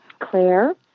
Claire